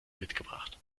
mitgebracht